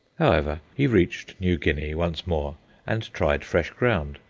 however, he reached new guinea once more and tried fresh ground,